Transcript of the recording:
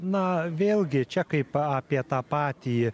na vėlgi čia kaip apie tą patį